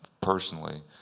personally